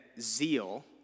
zeal